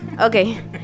Okay